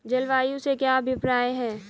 जलवायु से क्या अभिप्राय है?